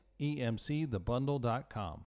emcthebundle.com